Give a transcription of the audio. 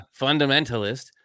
fundamentalist